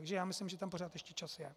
Takže já myslím, že tam pořád ještě čas je.